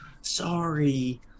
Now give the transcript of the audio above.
Sorry